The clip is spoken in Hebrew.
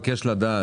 לדעת